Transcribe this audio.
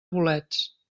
bolets